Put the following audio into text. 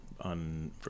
on